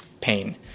pain